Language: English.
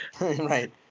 Right